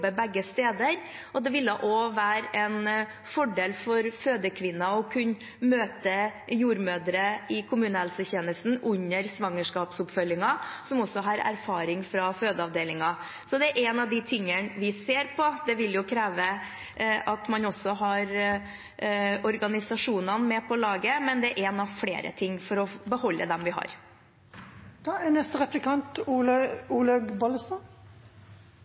begge steder, og det ville også være en fordel for fødekvinner om de under svangerskapsoppfølgingen kunne møte jordmødre i kommunehelsetjenesten, som også har erfaring fra fødeavdelingen. Det er én av tingene vi ser på. Det vil kreve at man også har organisasjonene med på laget, men det er én av flere ting for å beholde dem vi